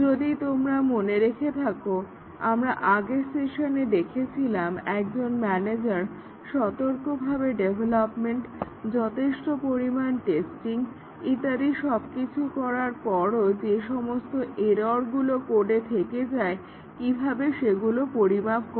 যদি তোমরা মনে রেখে থাকো আমরা আগের সেশনে দেখেছিলাম একজন ম্যানেজার সতর্কভাবে ডেভেলপমেন্ট যথেষ্ট পরিমাণ টেস্টিং ইত্যাদি সবকিছু করার পরও যে সমস্ত এররগুলো কোডে থেকে যায় কিভাবে সেগুলির পরিমাপ করে